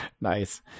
nice